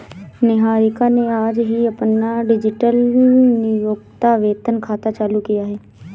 निहारिका ने आज ही अपना डिजिटल नियोक्ता वेतन खाता चालू किया है